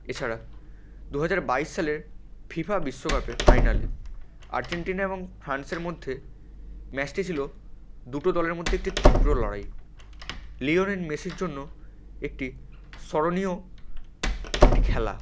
এছাড়া দুহাজার বাইশ সালের ফিফা বিশ্বকাপের ফাইনালে আর্জেন্টিনা এবং ফ্রান্সের মধ্যে ম্যাচটি ছিল দুটো দলের মধ্যে একটি তীব্র লড়াই লিওনেল মেসির জন্য একটি স্মরণীয় একটি খেলা